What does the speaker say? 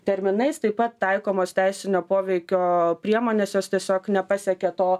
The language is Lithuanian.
terminais taip pat taikomos teisinio poveikio priemonės jos tiesiog nepasiekia to